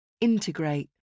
Integrate